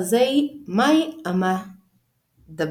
אדר